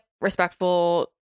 respectful